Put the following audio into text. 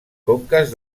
conques